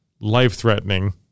life-threatening